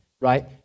right